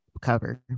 cover